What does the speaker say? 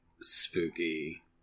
Spooky